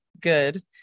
good